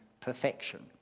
perfection